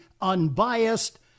unbiased